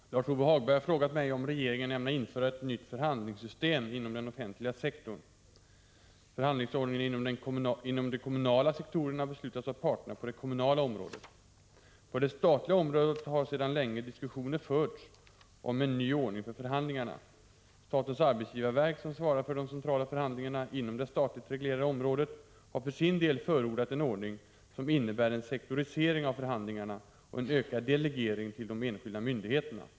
Herr talman! Lars Ove Hagberg har frågat mig om regeringen ämnar införa ett nytt förhandlingssystem inom den offentliga sektorn. Förhandlingsordningen inom de kommunala sektorerna beslutas av parterna på det kommunala området. På det statliga området har sedan länge diskussioner förts om en ny ordning för förhandlingarna. Statens arbetsgivarverk, som svarar för de centrala förhandlingarna inom det statligt reglerade området, har för sin del förordat en ordning som innebär en sektorisering av förhandlingarna och en ökad delegering till de enskilda myndigheterna.